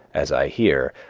as i hear,